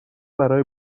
برای